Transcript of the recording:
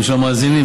בשביל המאזינים,